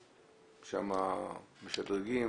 שם משדרגים,